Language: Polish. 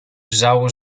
wrzało